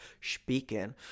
speaking